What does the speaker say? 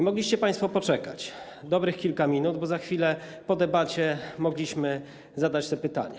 Mogliście państwo poczekać dobrych kilka minut, bo za chwilę, po debacie, mogliśmy zadać te pytania.